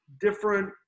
different